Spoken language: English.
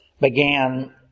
began